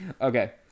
Okay